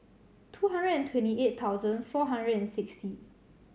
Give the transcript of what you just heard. two hundred and twenty eight thousand four hundred and sixty